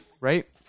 right